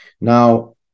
now